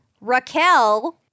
Raquel